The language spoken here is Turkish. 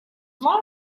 var